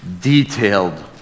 detailed